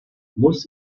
muss